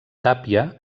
tàpia